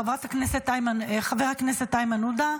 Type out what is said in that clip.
חבר הכנסת איימן עודה,